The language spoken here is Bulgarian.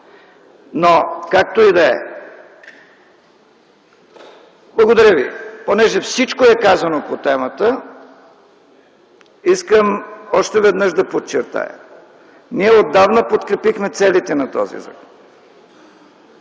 Както и да е, благодаря ви. Понеже всичко е казано по темата, искам още веднъж да подчертая: ние отдавна подкрепихме целите на този